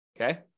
Okay